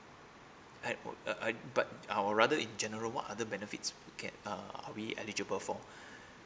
had uh uh I'd but I would rather in general what other benefits can uh we eligible for